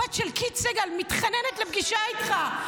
הבת של קית' סיגל מתחננת לפגישה איתך.